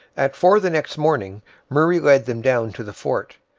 at four the next morning murray led them down to the fort,